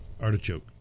artichoke